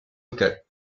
locale